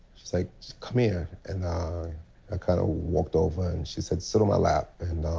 she's like, come here. and i ah kind of walked over and she said, sit on my lap. and